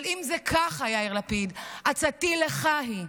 אבל אם זה ככה, יאיר לפיד, עצתי לך היא: